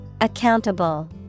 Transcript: Accountable